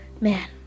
man